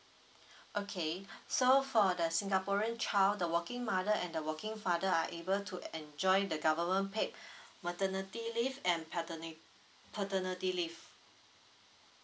okay so for the singaporean child the working mother and the working father are able to enjoy the government paid maternity leave and paterni~ paternity leave